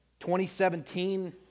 2017